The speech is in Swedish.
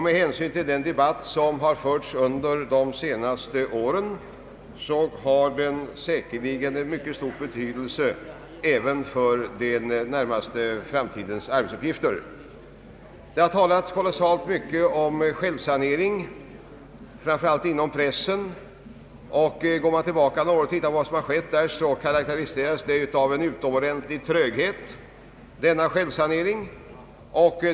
Med hänsyn till den debatt som förts under de senaste åren kommer detta material säkerligen att ha en mycket stor betydelse även för den närmaste framtiden. Det har talats mycket om självsanering inom pressen. Går man tillbaka för att se vad som skett finner man att denna självsanering karakteriseras av en utomordentlig tröghet.